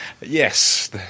Yes